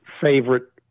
favorite